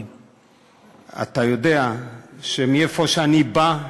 אתה יודע שמאיפה שאני בא,